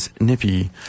Nippy